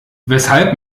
weshalb